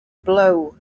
blow